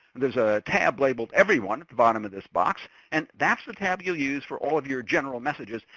there's a tab labeled everyone at the bottom of this box and that's the tab you'll use for all of your general messages,